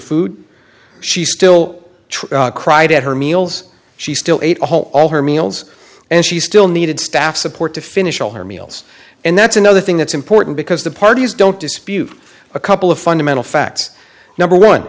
food she still true cried at her meals she still ate a whole all her meals and she still needed staff support to finish all her meals and that's another thing that's important because the parties don't dispute a couple of fundamental facts number one